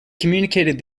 communicated